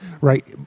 right